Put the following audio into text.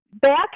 Back